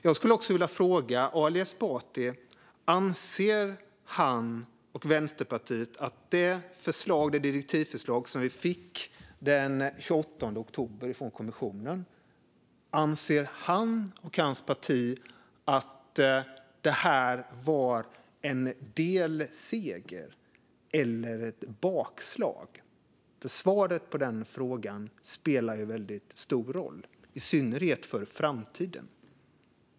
Jag skulle också vilja fråga Ali Esbati: Anser han och Vänsterpartiet att det direktivförslag som vi fick från kommissionen den 28 oktober var en delseger eller ett bakslag? Svaret på den frågan spelar väldigt stor roll, i synnerhet för framtiden.